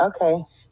Okay